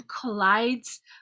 collides